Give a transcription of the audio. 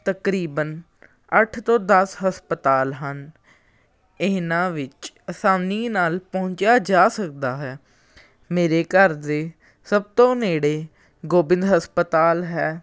ਤਕਰੀਬਨ ਅੱਠ ਤੋਂ ਦਸ ਹਸਪਤਾਲ ਹਨ ਇਹਨਾਂ ਵਿੱਚ ਆਸਾਨੀ ਨਾਲ ਪਹੁੰਚਿਆ ਜਾ ਸਕਦਾ ਹੈ ਮੇਰੇ ਘਰ ਦੇ ਸਭ ਤੋਂ ਨੇੜੇ ਗੋਬਿੰਦ ਹਸਪਤਾਲ ਹੈ